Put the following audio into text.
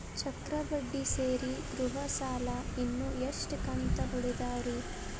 ಚಕ್ರ ಬಡ್ಡಿ ಸೇರಿ ಗೃಹ ಸಾಲ ಇನ್ನು ಎಷ್ಟ ಕಂತ ಉಳಿದಾವರಿ?